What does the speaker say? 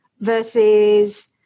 versus